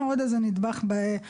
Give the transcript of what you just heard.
אנחנו עוד איזה נדבך בדרך,